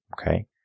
okay